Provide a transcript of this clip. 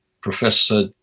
Professor